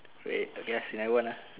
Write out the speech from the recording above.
wait okay lah scenario one uh